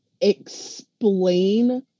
explain